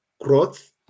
growth